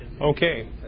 Okay